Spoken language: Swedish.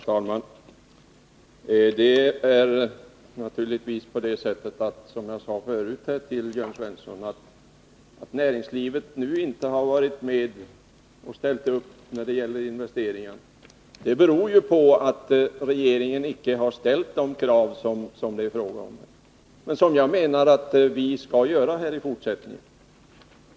Herr talman! Det är naturligtvis så, som jag förut sade till Jörn Svensson, att näringslivet inte har ställt upp när det gäller investeringar. Detta beror ju på att regeringen inte har ställt de ifrågavarande kraven, något som jag menar bör göras i fortsättningen.